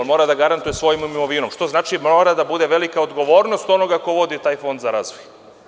On mora da garantuje svojom imovinom, što znači da mora da bude velika odgovornost onoga ko vodi taj Fond za razvoj.